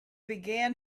began